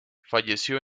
falleció